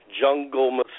jungle